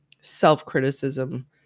self-criticism